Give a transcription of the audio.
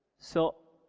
so,